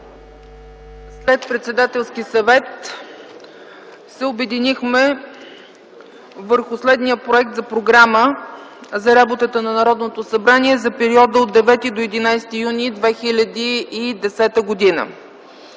след Председателски съвет се обединихме върху следния проект за Програма за работата на Народното събрание за периода 9-11 юни 2010 г.: 1.